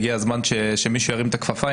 הגיע הזמן שמישהו ירים את הכפפה.